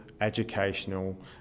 educational